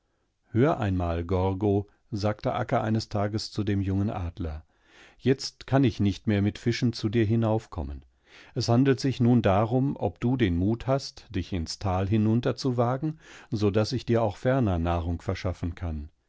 hör einmal gorgo sagte akka eines tages zu dem jungen adler jetzt kann ich nicht mehr mit fischen zu dir hinaufkommen es handelt sich nun darum obdudenmuthast dichinstalhinunterzuwagen sodaßichdirauch ferner nahrung verschaffen kann